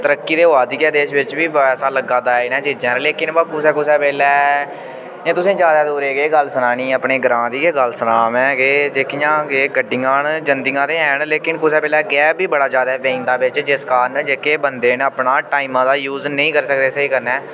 तरक्की ते होआ दी ऐ देश बिच बी पर ऐसा लग्गा दा इ'नें चीजें पर लेकिन बा कुसै कुसै बेल्लै इ'यां तुसें ई जादै दूर दी केह् गल्ल सनानी अपने ग्रांऽ दी गै गल्ल सनांऽ में जेह्कियां एह् गड्डियां न जंदियां ते हैन लेकिन कुसै बेल्लै गैप बी बड़ा जादै पेई जंदा बिच जिस कारण जेह्के बन्दे न अपना टाइमां दा यूज़ नेईं करी सकदे स्हेई कन्नै